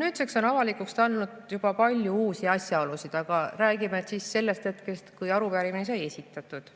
Nüüdseks on avalikuks tulnud juba palju uusi asjaolusid, aga räägime sellest hetkest, kui arupärimine sai esitatud.